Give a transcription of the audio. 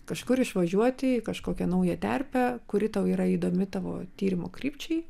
kažkur išvažiuoti į kažkokią naują terpę kuri tau yra įdomi tavo tyrimo krypčiai